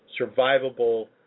survivable